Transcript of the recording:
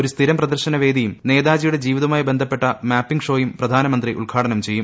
ഒരു സ്ഥിരം പ്രദർശന വേദിയും നേതാജിയുടെ ജീവിതവുമായി ബന്ധപ്പെട്ട മാപ്പിംഗ് ഷോയും പ്രധാനമന്ത്രി ഉദ്ഘാടനം ചെയ്യും